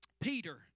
Peter